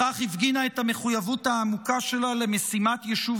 בכך הפגינה את המחויבות העמוקה שלה למשימת יישוב